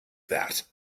that